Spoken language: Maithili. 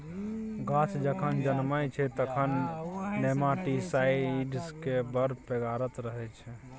गाछ जखन जनमय छै तखन नेमाटीसाइड्सक बड़ बेगरता रहय छै